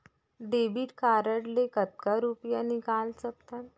Debit card ले कतका रुपिया निकाल सकथन?